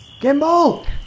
Gimbal